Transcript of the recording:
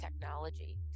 technology